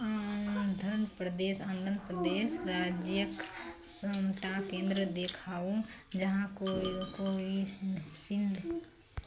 आन्ध्र प्रदेश आन्ध्र प्रदेश राज्यके सबटा केन्द्र देखाउ जहाँ कोवि कोविशील्ड